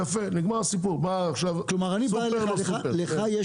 יפה, נגמר הסיפור, מה עכשיו סופר לא סופר.